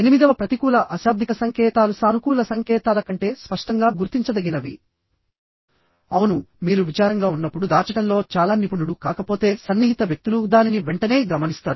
ఎనిమిదవ ప్రతికూల అశాబ్దిక సంకేతాలు సానుకూల సంకేతాల కంటే స్పష్టంగా గుర్తించదగినవి అవును మీరు విచారంగా ఉన్నప్పుడు దాచడంలో చాలా నిపుణుడు కాకపోతేసన్నిహిత వ్యక్తులు దానిని వెంటనే గమనిస్తారు